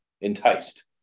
enticed